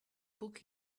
book